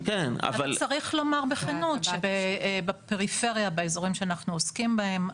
צריך לומר בכנות שבפריפריה באזורים שאנחנו עוסקים בהם,